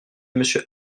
monsieur